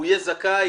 הוא יהיה זכאי,